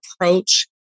approach